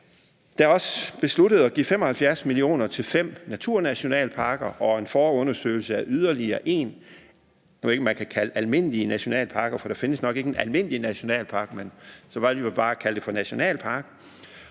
Der er også besluttet at give 75 mio. kr. til fem naturnationalparker og en forundersøgelse af en yderligere nationalpark. Jeg ved ikke, om man kan kalde det en almindelig nationalpark. Der findes nok ikke en almindelig nationalpark, for så var det jo bare at kalde det for en nationalpark.